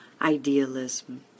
idealism